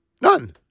None